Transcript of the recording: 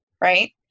right